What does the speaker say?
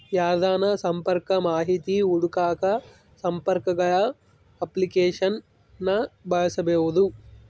ಯಾರ್ದನ ಸಂಪರ್ಕ ಮಾಹಿತಿ ಹುಡುಕಾಕ ಸಂಪರ್ಕಗುಳ ಅಪ್ಲಿಕೇಶನ್ನ ಬಳಸ್ಬೋದು